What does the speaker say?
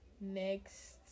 next